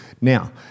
Now